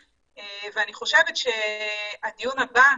ואני חושבת שהדיון הבא,